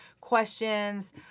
questions